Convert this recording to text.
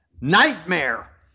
nightmare